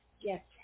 yes